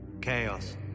Chaos